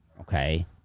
okay